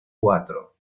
cuatro